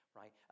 right